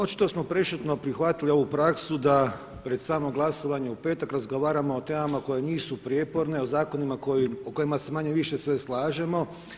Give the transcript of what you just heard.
Očito smo prešutno prihvatili ovu praksu da pred samo glasovanje u petak razgovaramo o temama koje nisu prijeporne, o zakonima u kojima se manje-više svi slažemo.